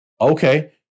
Okay